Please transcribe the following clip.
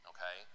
Okay